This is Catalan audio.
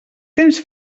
tens